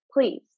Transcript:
please